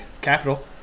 Capital